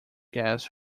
guess